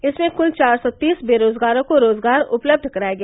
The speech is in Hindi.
इसमें कुल चार सौ तीस बेरोजगारों को रोजगार उपलब्ध कराया गया